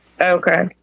Okay